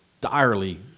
direly